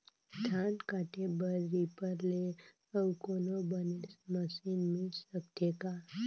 धान काटे बर रीपर ले अउ कोनो बने मशीन मिल सकथे का?